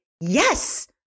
yes